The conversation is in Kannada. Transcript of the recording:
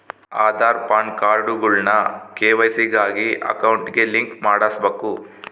ಆದಾರ್, ಪಾನ್ಕಾರ್ಡ್ಗುಳ್ನ ಕೆ.ವೈ.ಸಿ ಗಾಗಿ ಅಕೌಂಟ್ಗೆ ಲಿಂಕ್ ಮಾಡುಸ್ಬಕು